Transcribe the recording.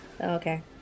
Okay